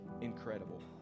incredible